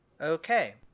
Okay